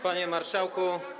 Panie Marszałku!